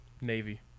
navy